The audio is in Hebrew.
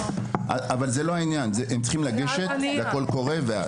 אבל זה לא העניין, הם צריכים לגשת לקול קורא.